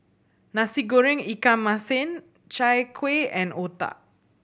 Nasi Goreng ikan masin Chai Kueh and otah